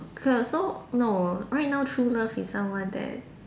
so so no right now true love is someone that